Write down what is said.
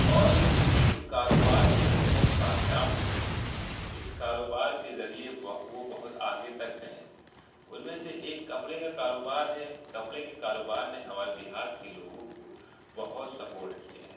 اور انہیں ان کاروبار میں بہت کامیاب ہوئے ہیں اس کاروبار کے ذریعے وہ بہت آگے تک گئے ان میں سے ایک کپڑے کا کاروبار ہے کپڑے کے کاروبار نے ہمارے دیہات کے لوگوں کو بہت سپورٹ کیا ہے